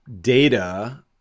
data